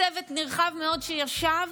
במשבר עצום,